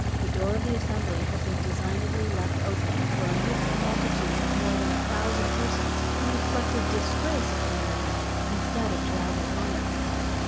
the door of the assembly had been designedly left open, for a mixed multitude of more than a thousand persons, who reflected disgrace upon their rank, instead of deriving honor from it.